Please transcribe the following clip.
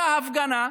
ומדכאה הפגנה.